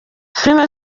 filime